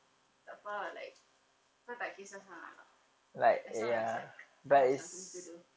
takpe ah like kau tak kisah sangat lah as long as like I have something to do